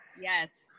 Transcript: Yes